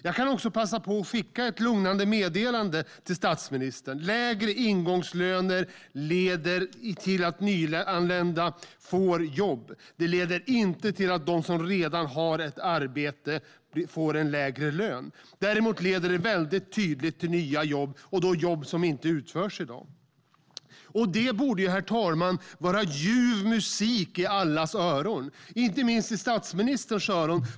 Jag kan också passa på att skicka ett lugnande meddelande till statsministern: Lägre ingångslöner leder till att nyanlända får jobb. Det leder inte till att de som redan har ett arbete får en lägre lön. Däremot leder det tydligt till nya jobb, och då jobb som inte utförs i dag. Det borde, herr talman, vara ljuv musik i allas öron och inte minst i statsministerns öron.